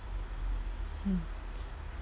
hmm